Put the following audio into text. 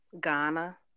Ghana